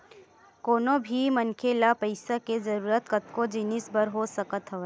कोनो भी मनखे ल पइसा के जरुरत कतको जिनिस बर हो सकत हवय